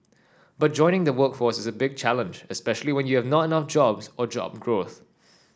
but joining the workforce is a big challenge especially when you have not enough jobs or job growth